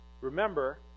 remember